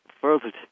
Further